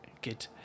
good